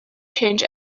change